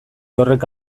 horrek